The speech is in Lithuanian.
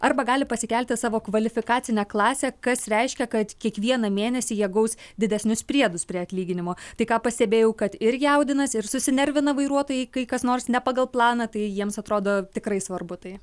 arba gali pasikelti savo kvalifikacinę klasę kas reiškia kad kiekvieną mėnesį jie gaus didesnius priedus prie atlyginimo tai ką pastebėjau kad ir jaudinasi ir susinervina vairuotojai kai kas nors ne pagal planą tai jiems atrodo tikrai svarbu tai